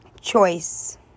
Choice